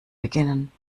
beginnen